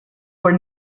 were